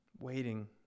Waiting